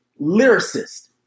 lyricist